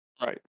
Right